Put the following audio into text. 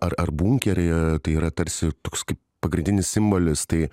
ją ar bunkeryje tai yra tarsi toks pagrindinis simbolis tai